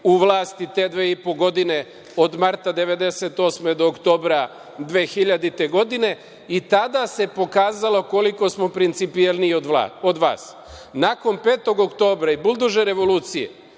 u vlasti te dve i po godine, od marta 1998. do oktobra 2000. godine, i tada se pokazalo koliko smo principijalniji od vas. Nakon 5. oktobra i Buldožer revolucije,